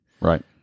Right